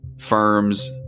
firms